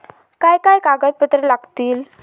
काय काय कागदपत्रा लागतील?